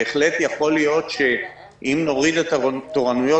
בהחלט יכול להיות שאם נוריד את התורנויות